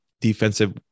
defensive